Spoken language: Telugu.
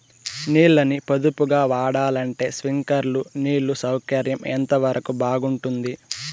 నీళ్ళ ని పొదుపుగా వాడాలంటే స్ప్రింక్లర్లు నీళ్లు సౌకర్యం ఎంతవరకు బాగుంటుంది?